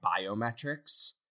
biometrics